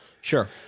Sure